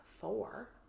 four